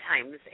times